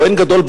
כוהן גדול,